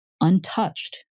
untouched